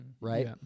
right